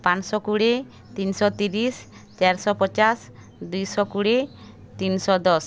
ପାଞ୍ଚଶହ କୋଡ଼ିଏ ତିନିଶହ ତିରିଶ ଚାରିଶହ ପଚାଶ ଦୁଇଶହ କୋଡ଼ିଏ ତିନିଶହ ଦଶ